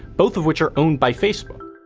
both of which are owned by facebook.